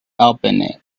opened